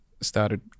started